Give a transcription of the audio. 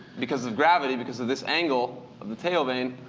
because of gravity, because of this angle of the tail vane,